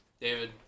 David